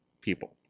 people